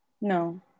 No